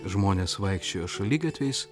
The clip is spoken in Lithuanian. žmonės vaikščiojo šaligatviais